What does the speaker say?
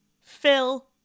Phil